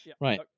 Right